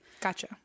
gotcha